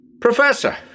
Professor